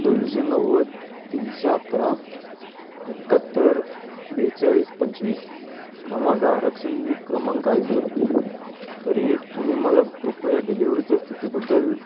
दोनशे नव्वद तीनशे अकरा एकाहत्तर बेचाळीस पंचवीस हा माझा आरक्षण क्रमांक आहे सर तरी तुम्ही मला कृपया डिलिव्हरीच्या स्थितीबद्दल